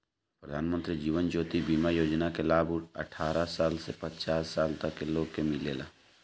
प्रधानमंत्री जीवन ज्योति बीमा योजना के लाभ अठारह साल से पचास साल तक के लोग के मिलेला